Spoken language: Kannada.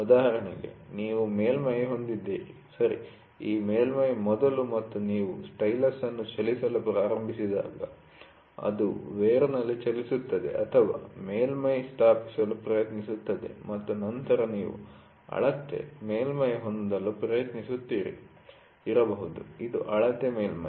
ಉದಾಹರಣೆಗೆ ನೀವು ಮೇಲ್ಮೈ ಹೊಂದಿದ್ದೀರಿ ಸರಿ ಈ ಮೇಲ್ಮೈ ಮೊದಲು ಮತ್ತು ನೀವು ಸ್ಟೈಲಸ್ ಅನ್ನು ಚಲಿಸಲು ಪ್ರಾರಂಭಿಸಿದಾಗ ಅದು ವೇರ್'ನಲ್ಲಿ ಚಲಿಸುತ್ತದೆ ಅಥವಾ ಅದು ಮೇಲ್ಮೈ ಸ್ಥಾಪಿಸಲು ಪ್ರಯತ್ನಿಸುತ್ತದೆ ಮತ್ತು ನಂತರ ನೀವು ಅಳತೆ ಮೇಲ್ಮೈ ಹೊಂದಲು ಪ್ರಯತ್ನಿಸುತ್ತೀರಿ ಇರಬಹುದು ಇದು ಅಳತೆ ಮೇಲ್ಮೈ